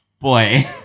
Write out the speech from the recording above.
boy